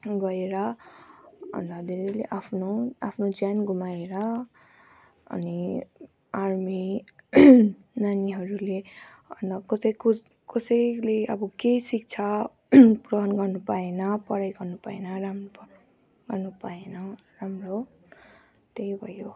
गएर अन्त धेरैले आफ्नो आफ्नो ज्यान घुमाएर अनि आर्मी नानीहरूले अनि कसैको कसैले अब केही शिक्षा ग्रहण गर्नु पाएन पढाइ गर्नु पाएन राम्रो त्यही भयो